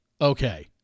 okay